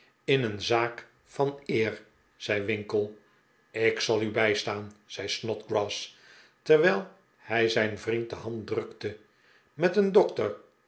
in een zaak van eer zei winkle ik zal u bijstaan zei snodgrass terwijl hij zijn vriend de hand drukte met een dokter